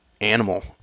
animal